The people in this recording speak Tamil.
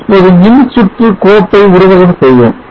இப்போது மின்சுற்று கோப்பை உருவகம் செய்வோம்